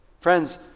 Friends